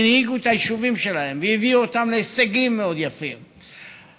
והם הנהיגו את היישובים שלהם והביאו אותם להישגים יפים מאוד,